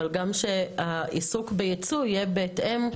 אבל שגם העיסוק בייצוא יהיה בהתאם לרישיון שיש לו.